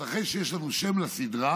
אז אחרי שיש לנו שם לסדרה,